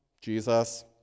Jesus